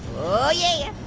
oh yeah!